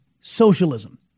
socialism